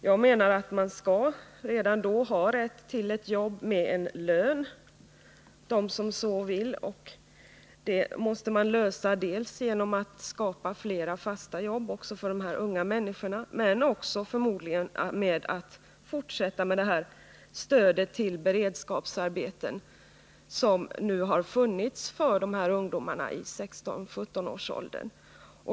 Jag menar att de som så vill redan då skall ha rätt till ett jobb med en lön. Det måste man lösa dels genom att skapa fler fasta jobb också för de här unga människorna, dels genom att fortsätta med det stöd till beredskapsarbeten som nu har funnits för ungdomar i 16-17-årsåldern.